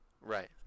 Right